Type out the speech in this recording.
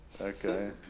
Okay